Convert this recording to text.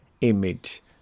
image